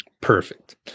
Perfect